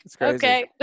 okay